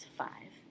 five